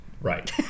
Right